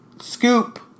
Scoop